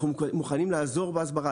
אנחנו מוכנים לעזור בהסברה.